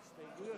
של חיים חפר,